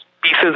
pieces